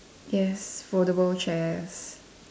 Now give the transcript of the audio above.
yes foldable chairs